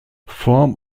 form